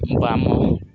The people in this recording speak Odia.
ବାମ